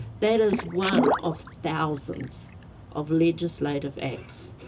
that is one of thousands of legislative acts